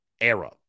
era